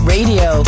Radio